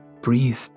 breathe